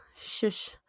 Shush